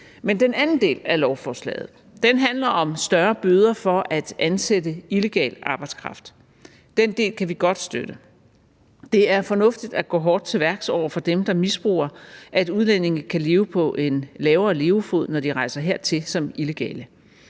Men den anden del af lovforslaget handler om større bøder for at ansætte illegal arbejdskraft. Den del kan vi godt støtte. Det er fornuftigt at gå hårdt til værks over for dem, der misbruger, at udlændinge kan leve på en lavere levefod, når de rejser hertil som illegale.